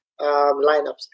lineups